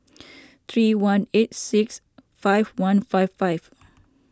three one eight six five one five five